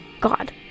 God